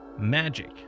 magic